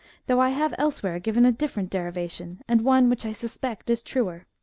though i have elsewhere given a diflferent derivation, and one which i suspect is truer.